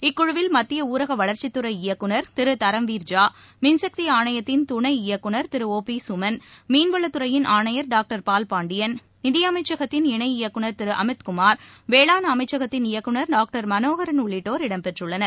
இக்குழுவில் மத்தியஊரகவளா்ச்சித் துறை இயக்குநா் திருதரம்விா ஜா மின்சக்திஆணையத்தின் துணை இயக்குநர் திரு ஓ பிசுமன் மீன்வளத் துறையின் ஆணையர் டாக்டர் பால் பாண்டியன் நிதியமைச்சகத்தின் இணை இயக்குநர் திருஅமித் குமார் வேளாண் அமைச்சகத்தின் இயக்குநர் டாக்டர் மனோகரன் உள்ளிட்டோர் இடம்பெற்றுள்ளனர்